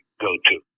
go-to